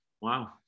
Wow